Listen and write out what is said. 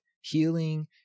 healing